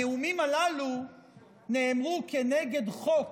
הנאומים הללו נאמרו כנגד חוק